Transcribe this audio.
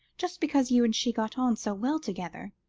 just because you and she got on so well together.